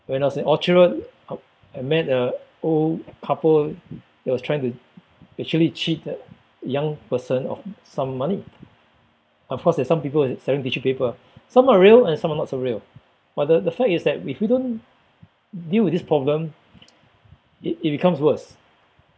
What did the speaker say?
when I was in orchard road I met a old couple who was trying to actually cheated a young person of some money of course there's some people selling tissue paper some are real and some are not so real but the the fact is that if we don't deal with this problem it it becomes worse